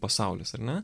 pasaulis ar ne